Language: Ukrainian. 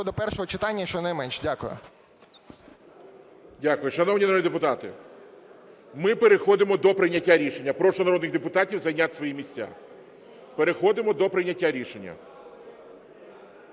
до першого читання щонайменше. Дякую. ГОЛОВУЮЧИЙ. Дякую. Шановні народні депутати, ми переходимо до прийняття рішення. Прошу народних депутатів зайняти свої місця. Переходимо до прийняття рішення.